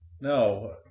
no